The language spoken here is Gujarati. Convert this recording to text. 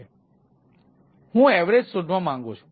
તેથી હું અવેરેજ શોધવા માંગુ છું